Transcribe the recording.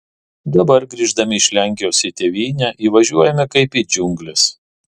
dabar grįždami iš lenkijos į tėvynę įvažiuojame kaip į džiungles